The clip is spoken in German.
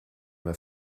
mehr